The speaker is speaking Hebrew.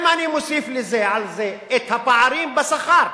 אם אני מוסיף על זה את הפערים בשכר,